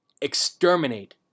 Exterminate